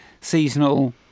seasonal